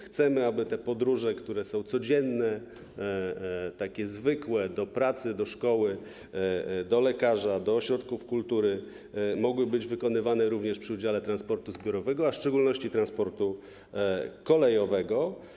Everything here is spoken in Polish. Chcemy, aby podróże, te codzienne, zwykłe, do pracy, do szkoły, do lekarza, do ośrodków kultury, mogły być realizowane również przy udziale transportu zbiorowego, a w szczególności transportu kolejowego.